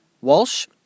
Walsh